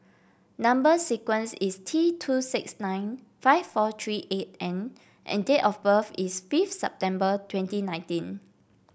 number sequence is T two six nine five four three eight N and date of birth is fifth September twenty nineteen